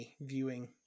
viewing